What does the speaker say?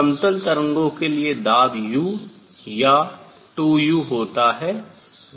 समतल तरंगों के लिए दाब u या 2 u होता है